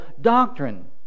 doctrine